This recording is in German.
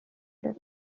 der